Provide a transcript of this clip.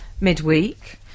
Midweek